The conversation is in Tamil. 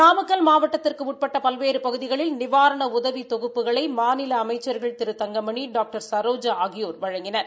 நாமக்கல் மாவட்டத்திற்கு உட்பட்ட பல்வேறு பகுதிகளில் நிவாரண உதவி தொகுப்புகளை மாநில அமைச்சர்கள் திரு தங்கமணி டாக்டர் சரோஜா ஆகியோா் வழங்கினர்